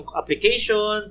application